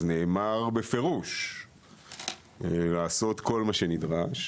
נאמר בפירוש לעשות כל מה שנדרש,